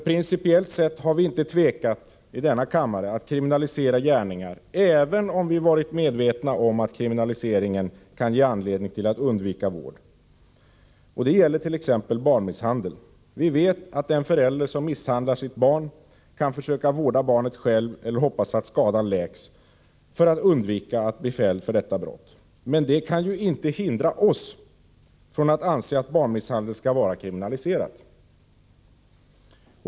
Principiellt sett har vi inte tvekat i denna kammare att kriminalisera gärningar, även om vi har varit medvetna om att kriminaliseringen kan ge anledning till att undvika vård. Det gäller t.ex. barnmisshandel. Vi vet att den förälder som misshandlar sitt barn kan försöka vårda barnet själv eller hoppas att skadan läks för att undvika att bli fälld för detta brott. Men det kan inte hindra oss från att anse att barnmisshandel skall vara kriminaliserad.